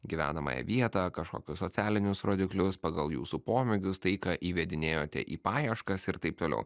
gyvenamąją vietą kažkokius socialinius rodiklius pagal jūsų pomėgius tai ką įvedinėjote į paieškas ir taip toliau